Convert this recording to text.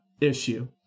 issue